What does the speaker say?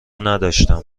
نداشتم